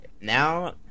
now